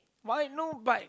why no but